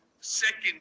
second